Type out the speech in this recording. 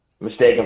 mistaken